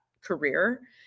career